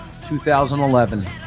2011